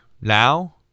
Now